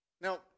Now